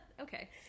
Okay